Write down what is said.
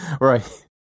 Right